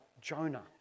Jonah